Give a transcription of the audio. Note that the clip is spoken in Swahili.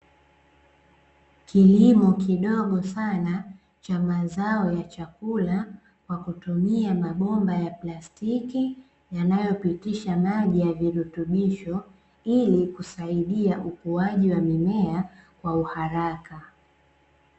Kilimo kidogo sana cha mazao ya chakula kwa kutumia mabomba ya plastiki yanayopitisha maji ya virutubisho, ili kusaidia ukuaji wa mimea kwa uharaka.